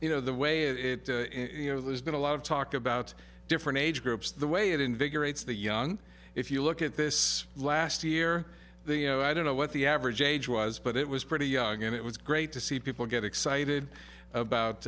you know the way that it you know there's been a lot of talk about different age groups the way it invigorates the young if you look at this last year the you know i don't know what the average age was but it was pretty young and it was great to see people get excited about